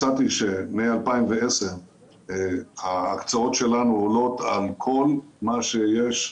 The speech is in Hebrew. מצאתי שמ-2010 ההקצאות שלנו עולות על כל מה שיש,